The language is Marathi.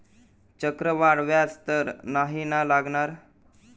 चक्रवाढ व्याज तर नाही ना लागणार?